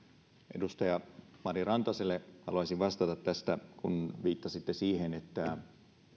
edustaja mari rantaselle haluaisin vastata tästä kun viittasitte siihen että